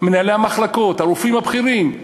מנהלי המחלקות, הרופאים הבכירים.